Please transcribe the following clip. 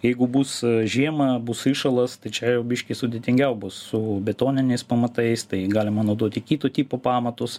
jeigu bus žiema bus įšalas tai čia jau biškį sudėtingiau bus su betoniniais pamatais tai galima naudoti kito tipo pamatus